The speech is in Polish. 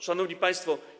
Szanowni Państwo!